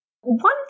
one